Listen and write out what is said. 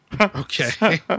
Okay